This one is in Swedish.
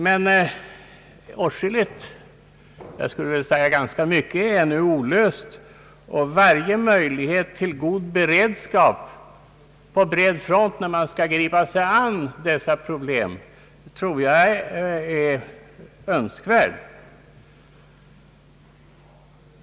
Men åtskilligt — jag skulle vilja säga ganska mycket — är ännu olöst, och varje möjlighet till god beredskap på bred front tror jag är önskvärd när man skall gripa sig an dessa problem.